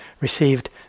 received